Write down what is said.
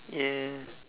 ya